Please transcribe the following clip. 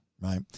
right